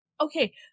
okay